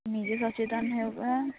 ନିଜେ ସଚେତନ ହେବା